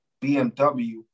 BMW